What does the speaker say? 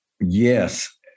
Yes